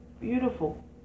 beautiful